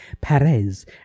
Perez